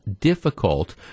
difficult